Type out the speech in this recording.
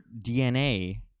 DNA